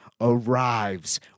arrives